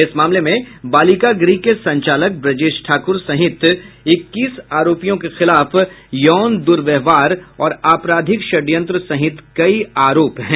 इस मामले में बालिका गृह के संचालक ब्रजेश ठाकूर सहित इक्कीस आरोपियों के खिलाफ यौन दुर्व्यवहार और आपराधिक षडयंत्र सहित कई आरोप हैं